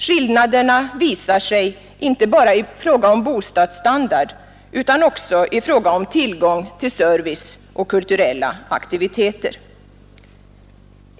Skillnaderna visar sig inte bara i bostadsstandard utan också i fråga om tillgång till service och kulturella aktiviteter.